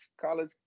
college